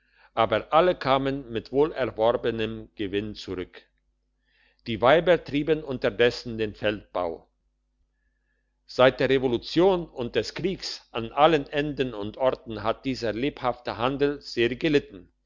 aber alle kamen mit wohlerworbenem gewinn zurück die weiber trieben unterdessen den feldbau seit der revolution und des kriegs an allen enden und orten hat dieser lebhafte handel sehr gelitten